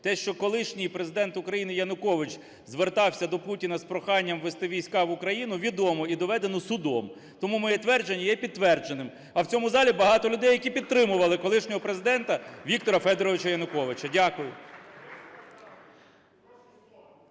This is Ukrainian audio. Те, що колишній Президент України Янукович звертався до Путіна з проханням ввести війська в Україну відомо і доведено судом. Тому моє твердження є підтвердженим. А в цьому залі багато людей, які підтримували колишнього Президента Віктора Федоровича Януковича. Дякую.